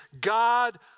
God